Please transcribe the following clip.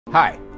Hi